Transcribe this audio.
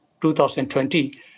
2020